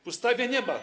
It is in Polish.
W ustawie nie ma.